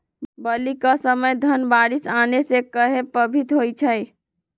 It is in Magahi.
बली क समय धन बारिस आने से कहे पभवित होई छई?